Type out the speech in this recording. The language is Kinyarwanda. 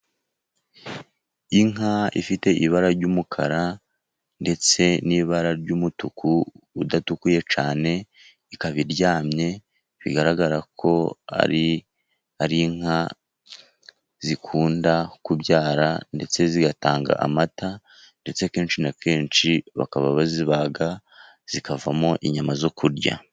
Inka ifite ibara ry'umukara ndetse n'ibara ry'umutuku udatukuye cyane, ikaba iryamye, bigaragara ko ari inka zikunda kubyara ndetse zigatanga amata, ndetse kenshi na kenshi bakaba bazibaga, zikavamo inyama zo kurya.